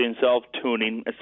self-tuning